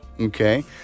Okay